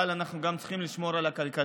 אבל אנחנו גם צריכים לשמור על הכלכלה.